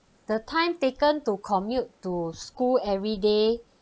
the time taken to commute to school every day